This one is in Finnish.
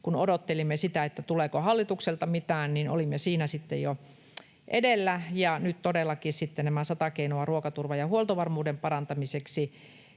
kun odottelimme, tuleeko hallitukselta mitään, ja olimme siinä sitten jo edellä, ja meillä todellakin on nämä sata keinoa ruokaturvan ja huoltovarmuuden parantamiseksi.